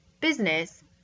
business